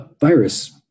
virus